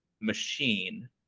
machine